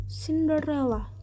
cinderella